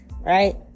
right